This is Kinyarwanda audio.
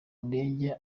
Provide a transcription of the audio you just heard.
ndege